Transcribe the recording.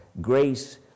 grace